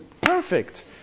perfect